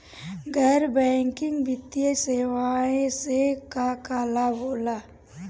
गैर बैंकिंग वित्तीय सेवाएं से का का लाभ होला?